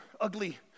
ugly